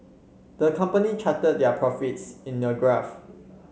the company charted their profits in a graph